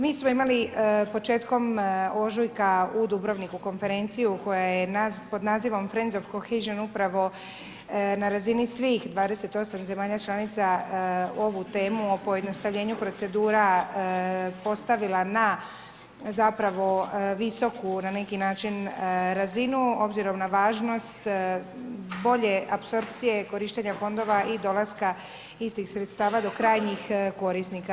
Mi smo imali početkom ožujka u Dubrovniku konferenciju pod nazivom Friends of Cohesion upravo na razini svih 28 zemalja članica ovu temu o pojednostavljenu procedura postavila na zapravo visoku na neki način razinu obzirom na važnost bolje apsorpcije korištenja fondova i dolaska istih sredstava do krajnjih korisnika.